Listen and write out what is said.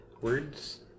words